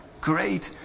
Great